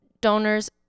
Donors